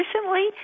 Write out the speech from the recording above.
recently